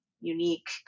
unique